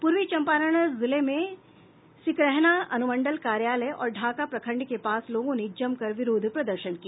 पूर्वी चंपारण जिले में सिकरहना अनुमंडल कार्यालय और ढ़ाका प्रखंड के पास लोगों ने जमकर विरोध प्रदर्शन किया